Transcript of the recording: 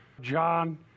John